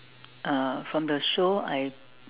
uh from the show I